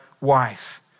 wife